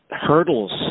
hurdles